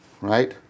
Right